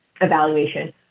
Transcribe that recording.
evaluation